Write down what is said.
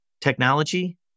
technology